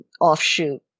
offshoot